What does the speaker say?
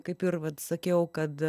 kaip ir vat sakiau kad